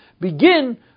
Begin